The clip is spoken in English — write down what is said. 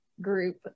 group